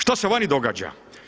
Šta se vani događa?